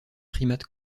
primates